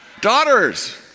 Daughters